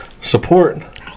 support